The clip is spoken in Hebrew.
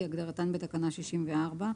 כהגדרתן בתקנה 64,